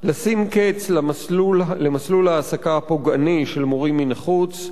לשים קץ למסלול העסקה הפוגעני של מורים מן החוץ.